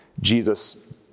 Jesus